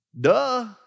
Duh